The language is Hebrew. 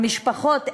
המשפחות,